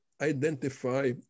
identify